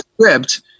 script